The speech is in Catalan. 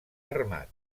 armat